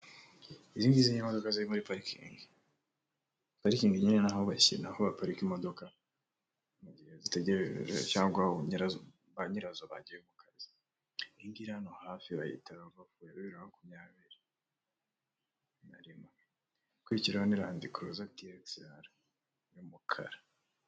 Izi ngizi ni imodoka ziri muri parikingi, parikingi nyine n'aho baparika imodoka mu gihe zitegereje cyangwa ba nyirazo bagiye mu kazi, iyi ngiyi iri hano hafi bayita Rava fo ya bibiri na makumyabiri na rimwe, ikurikiraho ni landi kuruza ti ekisi ara y'umukara.